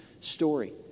story